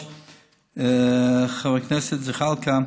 חבר הכנסת זחאלקה,